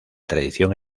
tradición